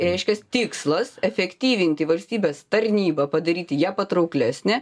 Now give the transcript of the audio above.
reiškias tikslas efektyvinti valstybės tarnybą padaryti ją patrauklesne